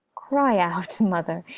cry out mother!